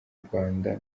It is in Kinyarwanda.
rwanda